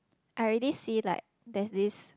I already see like there is this